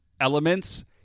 Elements